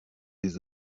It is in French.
des